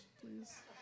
please